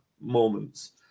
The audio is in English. moments